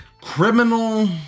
criminal